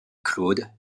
claude